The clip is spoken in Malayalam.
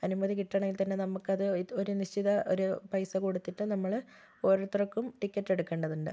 അനുമതി കിട്ടണമെങ്കിൽ തന്നെ നമുക്കത് ഒരു നിശ്ചിത ഒരു പൈസ കൊടുത്തിട്ട് നമ്മള് ഒരോർത്തർക്കും ടിക്കറ്റെടുക്കണ്ടതുണ്ട്